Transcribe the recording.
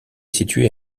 situé